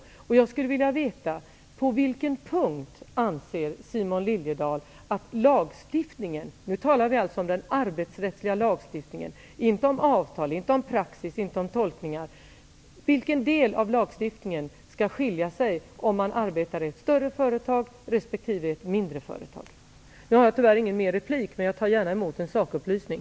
Jag skulle vilja veta på vilken punkt Simon Liliedahl anser att lagstiftningen -- nu talar vi om den arbetsrättsliga lagstiftningen, inte om avtal, praxis eller tolkningar -- skall vara olika om man arbetar i ett stort respektive ett mindre företag. Jag har tyvärr ingen mer replik, men jag tar gärna emot en sakupplysning.